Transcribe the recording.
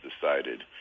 decided